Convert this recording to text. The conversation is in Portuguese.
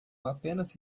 apenas